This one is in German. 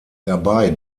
dabei